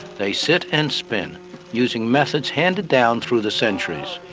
they sit and spin using methods handed down through the centuries.